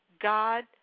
God